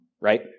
right